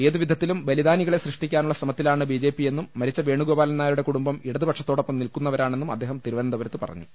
ഏതുവിധത്തിലും ബലി ദാനികളെ സൃഷ്ടിക്കാനുള്ള ശ്രമത്തിലാണ് ബിജെപിയെന്നും മരിച്ച വേണുഗോപാലൻ നായരുടെ കുടുംബം ഇടതുപക്ഷത്തോടൊപ്പം നിൽക്കു ന്നവരാണെന്നും അദ്ദേഹം തിരുവനന്തപുരത്ത് പറഞ്ഞു